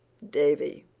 davy,